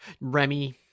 Remy